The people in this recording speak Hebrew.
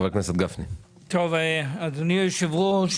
חבר הכנסת גפני אדוני היושב ראש,